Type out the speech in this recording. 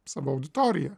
savo auditoriją